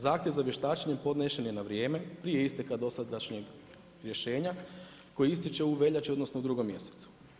Zahtjev za vještačenjem podnesen je na vrijeme prije isteka dosadašnjeg rješenja koji istječe u veljači, odnosno u drugom mjesecu.